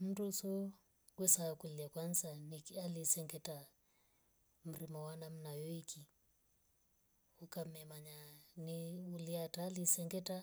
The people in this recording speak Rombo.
Mnduso wesakulya kwanza niki aliesengeta mrima wa namna yoweki ukamemanya ni- niliatari sengeta